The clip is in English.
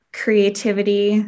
creativity